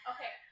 Okay